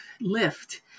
lift